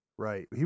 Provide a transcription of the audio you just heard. Right